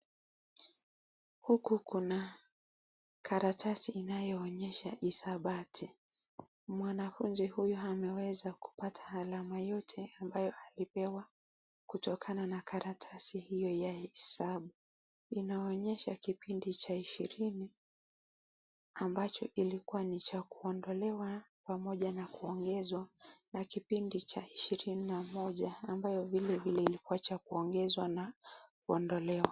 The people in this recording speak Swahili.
Huku kuna karatasi inayoonyesha hisabati. Mwanafunzi huyu ameweza kupata alama yote ambayo alipewa kutokana na karatasi hiyo ya hesabu. Inaonyesha kipindi cha ishirini, ambacho ilikuwa ni cha kuondolewa pamoja na kuongezwa na kipindi cha ishirini na moja ambayo vilevile, ilikuwa cha kuongezwa na kuondolewa.